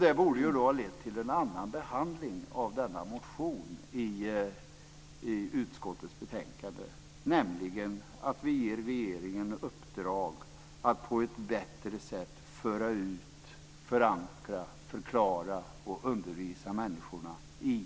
Detta borde ha lett till en annan behandling av motionen i utskottets betänkande, nämligen den att man ger regeringen i uppdrag att på ett bättre sätt föra ut, förankra, förklara och undervisa människorna i